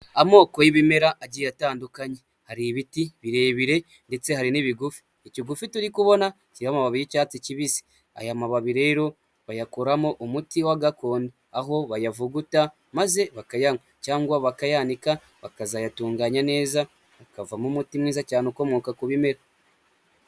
Amoko y'ibimera agiye atandukanye hari ibiti birebire ndetse hari n'ibigufi, ikigufi turi kubona kiriho amababi y'icyatsi kibisi. Aya mababi rero bayakoramo umuti wa gakondo aho bayavuguta maze bakayanywa cyangwa bakayanika bakazayatunganya neza, ukavamo umuti mwiza cyane ukomoka ku bimera.